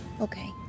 Okay